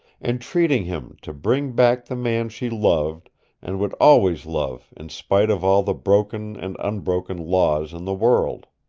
entreating him to bring back the man she loved and would always love in spite of all the broken and unbroken laws in the world.